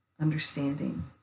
understanding